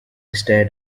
stared